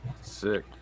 sick